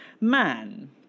man